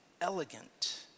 elegant